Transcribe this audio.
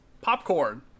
Popcorn